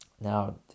Now